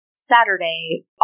Saturday